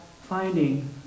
finding